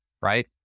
right